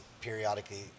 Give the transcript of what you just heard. periodically